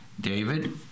David